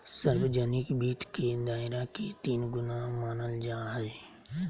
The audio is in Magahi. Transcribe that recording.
सार्वजनिक वित्त के दायरा के तीन गुना मानल जाय हइ